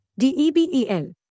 DEBEL